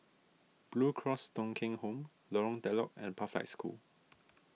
Blue Cross Thong Kheng Home Lorong Telok and Pathlight School